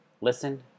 listen